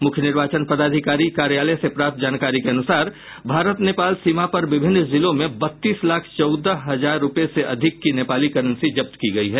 मूख्य निर्वाचन पदाधिकारी कार्यालय से प्राप्त जानकारी के अनूसार भारत नेपाल सीमा पर विभिन्न जिलों में बत्तीस लाख चौदह हजार रूपये से अधिक की नेपाली करेंसी जब्त की गयी है